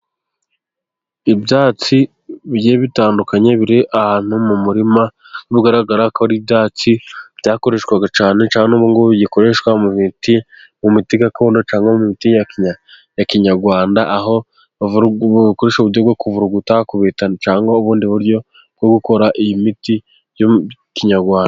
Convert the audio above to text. Ibyatsi bigiye bitandukanye biri ahantu mu murima, bigaragara ko ari ibyatsi byakoreshwaga cyane, cyangwa n'ubu ngubu bikoreshwa mu miti gakondo cyane, imiti ya kinyarwanda aho bakoresha uburyo bwo kuvuguta, cyangwa ubundi buryo bwo gukora iyi miti yo mu kinyarwanda.